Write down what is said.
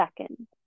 second